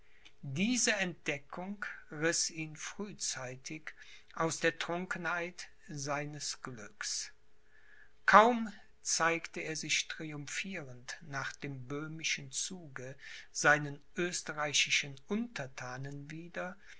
diese entdeckung riß ihn frühzeitig aus der trunkenheit seinem glücks kaum zeigte er sich triumphierend nach dem böhmischen zuge seinen österreichischen unterthanen wieder